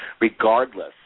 regardless